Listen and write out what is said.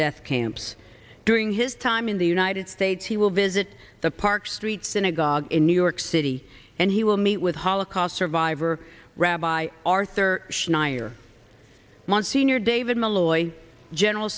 death camps during his time in the united states he will visit the park street synagogue in new york city and he will meet with holocaust survivor rabbi arthur schneier monsignor david malloy general